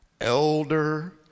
elder